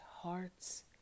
heart's